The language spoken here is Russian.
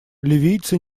ливийцы